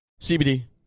CBD